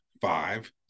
five